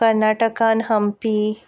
कर्नाटकान हम्पी